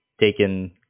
taken